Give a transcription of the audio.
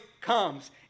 comes